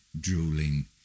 drooling